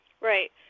Right